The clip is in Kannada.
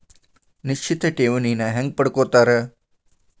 ನಿಶ್ಚಿತ್ ಠೇವಣಿನ ಹೆಂಗ ಪಡ್ಕೋತಾರ